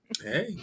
hey